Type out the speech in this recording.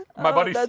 my buddy